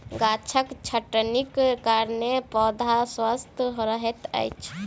गाछक छटनीक कारणेँ पौधा स्वस्थ रहैत अछि